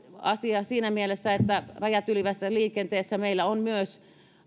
asia siinä mielessä että rajat ylittävässä liikenteessä meillä